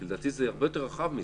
כי לדעתי זה הרבה יותר רחב מזה.